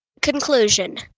Conclusion